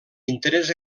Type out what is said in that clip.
interés